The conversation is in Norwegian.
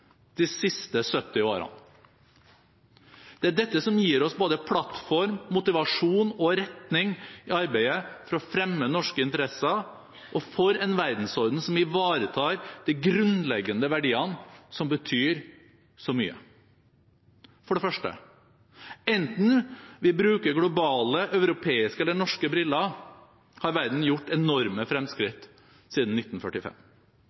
de siste 70 årene. Det er dette som gir oss både plattform, motivasjon og retning i arbeidet for å fremme norske interesser og for en verdensorden som ivaretar de grunnleggende verdiene, som betyr så mye. For det første: Enten vi bruker globale, europeiske eller norske briller, har verden gjort enorme fremskritt siden 1945.